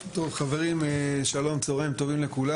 חברים, שלום, צהריים טובים לכולם.